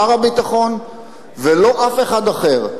לא שר הביטחון ולא אף אחד אחר.